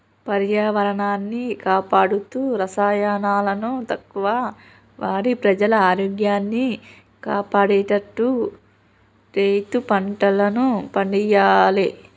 పర్యావరణాన్ని కాపాడుతూ రసాయనాలను తక్కువ వాడి ప్రజల ఆరోగ్యాన్ని కాపాడేట్టు రైతు పంటలను పండియ్యాలే